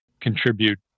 contribute